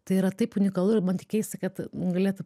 tai yra taip unikalu ir man tik keista kad galėtų